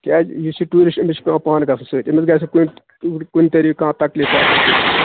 کیٛازِ یہِ چھِ ٹوٗرِشٹ أمِس چھِ پٮ۪وان پانہٕ گَژھُن سۭتۍ أمِس گژھِ نہٕ کُنہِ کُنہِ طریٖقہٕ کانٛہہ تکلیف واتُن کیٚنہہ